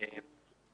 נכון?